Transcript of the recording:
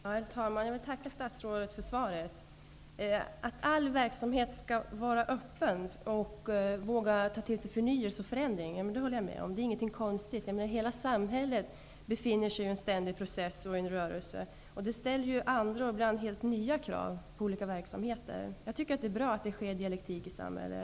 Herr talman! Jag tackar statsrådet för svaret. Att all verksamhet skall vara öppen och våga ta på sig förnyelse och förändring håller jag med om. Det är ingenting konstigt. Hela samhället befinner sig i en ständig förändringsprocess. Det ställer andra och ibland helt nya krav på olika verksamheter. Jag tycker att det är bra att det finns dialektik i samhället.